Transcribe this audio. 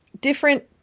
different